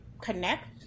connect